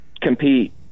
compete